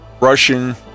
russian